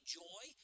joy